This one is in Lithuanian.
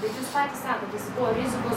bet jūs patys sakot jisai buvo rizikos